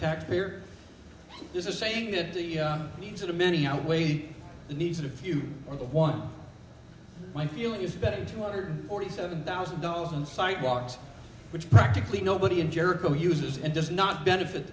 taxpayer there's a saying that the needs of the many outweigh the needs of the few or the one my feeling is better than two hundred forty seven thousand dollars on sidewalks which practically nobody in jericho uses and does not benefit